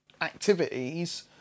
activities